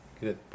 good